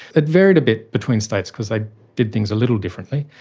it varied a bit between states because they did things little differently.